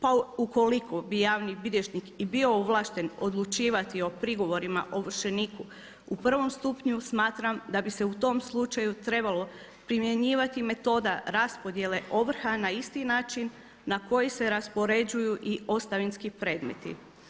Pa ukoliko bi javni bilježnik i bio ovlašten odlučivati o prigovorima ovršeniku u prvom stupnju smatram da bi se u tom slučaju trebalo primjenjivati metodu raspodjele ovrha na isti način na koji se raspoređuju i ostavinski predmeti.